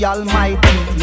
Almighty